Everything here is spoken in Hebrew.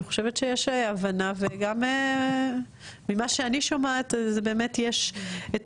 אני חושבת שיש הבנה וגם ממה שאני שומעת אז באמת יש את